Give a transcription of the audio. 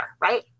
right